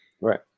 Right